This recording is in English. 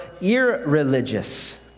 irreligious